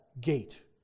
gate